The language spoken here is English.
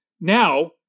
now